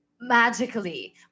magically